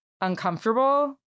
uncomfortable